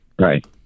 Right